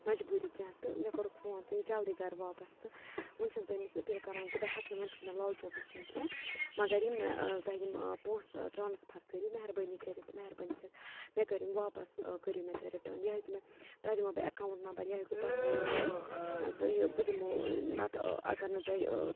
مجبُورِی کیٚنٛہہ تہٕ مےٚ کوٚرُکھ فُوٗن ژٕ یہِ جَلدِی گَرٕ واپَس تہٕ وۄنۍ چھس بہٕ أمِس أپیٖل کران کہِ بہٕ ہیٚکہٕ نہٕ وۄنۍ چھِنہٕ مےٚ لال چوک گَژھُن کینٛہہ مگر یِم مےٚ تۄہہِ یِم پونٛسہٕ ٹرانٕسفر کٔرِو مہربٲنِی کٔرِتھ تہٕ مہربٲنِی کٔرِتھ مےٚ کٔرِو یِم واپَس کٔرِو مےٚ تُہۍ رِٹٲرٕنۍ یا ہیٚکِو مےٚ تۄہہِ دِمہو بہٕ ایٚکاوُنٛٹ نَمبر یا ہیٚکِو تَتھ کٔرِو تُہۍ تہٕ یہِ بہٕ دِمہو نَتہٕ اَگر نہٕ تۄہہِ